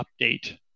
update